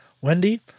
Wendy